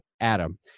Adam